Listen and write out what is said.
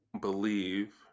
believe